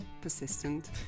persistent